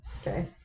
Okay